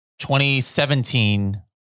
2017